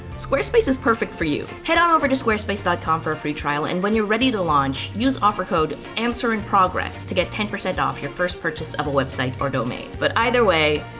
squarespace is perfect for you. head on over to squarespace dot com for a free trial. and when you're ready to launch, use offer code, answerinprogress to get ten percent off your first purchase of a website or domain. but either way,